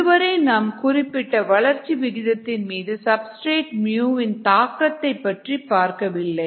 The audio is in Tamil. இதுவரை நாம் குறிப்பிட்ட வளர்ச்சி விகிதத்தின் மீது சப்ஸ்டிரேட் இன் தாக்கத்தைப் பற்றி பார்க்கவில்லை